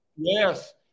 Yes